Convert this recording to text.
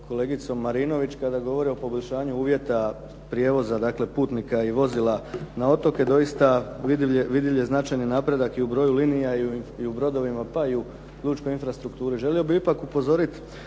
kolegicom Marinović kada govori o poboljšanju uvjeta prijevoza dakle putnika i vozila na otoke. Doista vidljiv je značajan napredak i u broju linija i u brodovima, pa i u lučkoj infrastrukturi. Želio bih ipak upozoriti